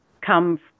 come